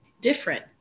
different